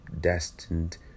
destined